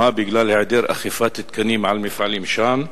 בגלל היעדר אכיפת תקנים על מפעלים שם.